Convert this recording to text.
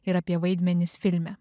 ir apie vaidmenis filme